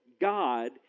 God